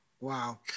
Wow